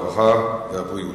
הרווחה והבריאות.